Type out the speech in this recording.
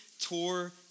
tore